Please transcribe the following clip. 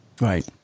Right